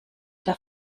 der